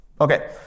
Okay